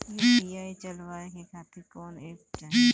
UPI चलवाए के खातिर कौन एप चाहीं?